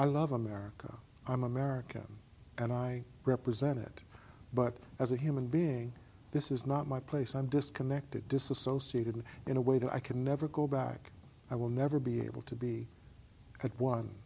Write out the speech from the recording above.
i love america i'm american and i represent it but as a human being this is not my place i'm disconnected disassociated in a way that i can never go back i will never be able to be at one